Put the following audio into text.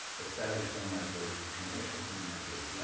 established film makers, commercial film makers, yeah